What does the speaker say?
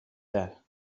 that